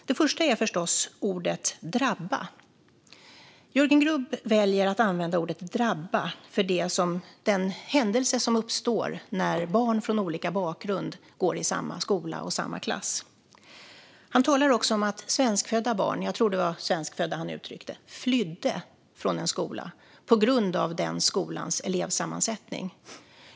Det första är förstås ordet "drabba", som Jörgen Grubb väljer för det som uppstår när barn från olika bakgrunder går i samma skola och i samma klass. Han talar också om att svenskfödda barn - jag tror att det var så han uttryckte sig - "flydde" från en skola på grund av den skolans elevsammansättning.